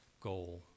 goal